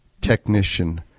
technician